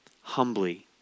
humbly